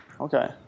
Okay